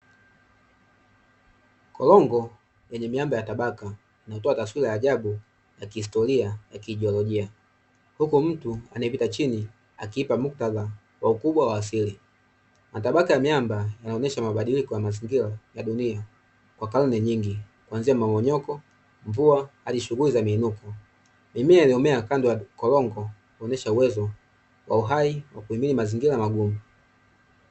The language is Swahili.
Korongo lenye miamba ya tabaka inayotoa taswira ya ajabu ya kihistoria na kijiolojia, huku mtu anepita chini akiipa muktadha wa ukubwa wa asili. matabaka ya miamba inayoonesha mabadiliko ya mazingira ya dunia kwa karne nyingi kuanzia mmomonyoko, mvua hadi shughuli za miinuko mimea iliyomea kando ya korongo huonesha uwezo wa uhai wa kuimiri mazingira magumu.